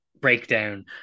breakdown